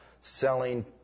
selling